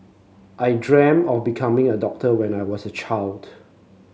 I dream of becoming a doctor when I was a child